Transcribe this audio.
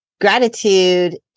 gratitude